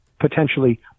potentially